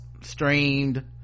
streamed